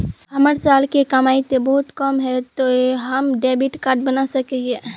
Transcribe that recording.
हमर साल के कमाई ते बहुत कम है ते हम डेबिट कार्ड बना सके हिये?